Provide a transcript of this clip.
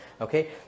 okay